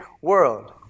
world